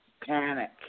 panic